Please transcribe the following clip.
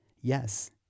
Yes